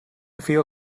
feel